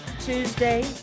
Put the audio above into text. Tuesday